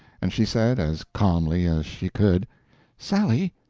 and she said, as calmly as she could sally,